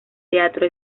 teatro